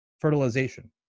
fertilization